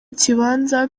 kibanza